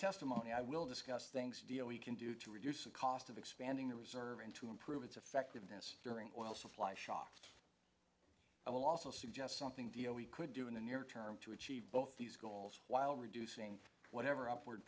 testimony i will discuss things deal we can do to reduce the cost of expanding the reserve and to improve its effectiveness during oil supply shops i will also suggest something deal we could do in the near term to achieve both these goals while reducing whatever upward